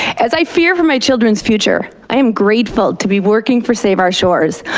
as i fear for my children's future, i am grateful to be working for save our shores,